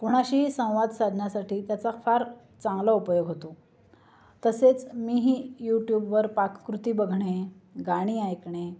कोणाशीही संवाद साधण्यासाठी त्याचा फार चांगला उपयोग होतो तसेच मी ही यूट्यूबवर पाककृती बघणे गाणी ऐकणे